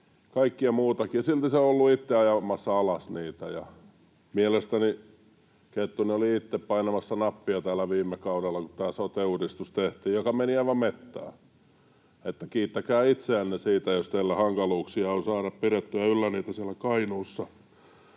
kaikkea muutakin, ja silti se on ollut itse ajamassa alas niitä. Kettunen oli itse painamassa nappia täällä viime kaudella, kun tämä sote-uudistus tehtiin, joka meni aivan metsään, niin että kiittäkää itseänne siitä, jos teillä on hankaluuksia saada pidettyä yllä niitä siellä Kainuussa.